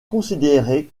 considéré